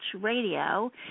Radio